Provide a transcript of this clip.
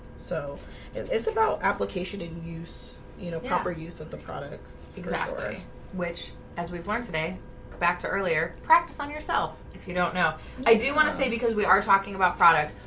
so it's about application in use, you know proper use of the products exactly which as we've learned today back to earlier practice on yourself if you don't know i do want to say because we are talking about products.